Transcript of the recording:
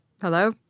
Hello